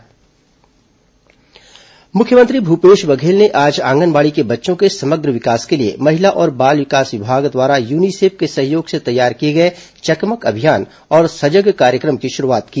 corona चकमक अभियान सजग कार्यक्रम मुख्यमंत्री भूपेश बघेल ने आज आंगनबाड़ी के बच्चों के समग्र विकास के लिए महिला और बाल विकास विभाग द्वारा यनिसेफ के सहयोग से तैयार किए गए चकमक अभियान और सजग कार्यक्रम की शरूआत की